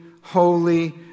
holy